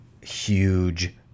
huge